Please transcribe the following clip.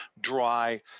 dry